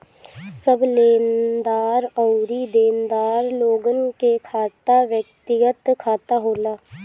सब लेनदार अउरी देनदार लोगन के खाता व्यक्तिगत खाता होला